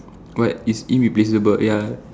but it's irreplaceable ya